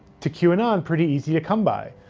to qanon ah and pretty easy to come by.